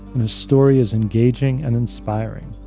his story is engaging and inspiring.